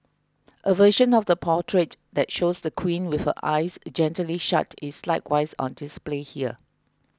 a version of the portrait that shows the queen with her eyes gently shut is likewise on display here